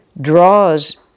draws